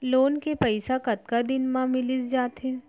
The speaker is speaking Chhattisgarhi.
लोन के पइसा कतका दिन मा मिलिस जाथे?